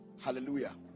Hallelujah